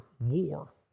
war